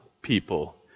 people